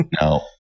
No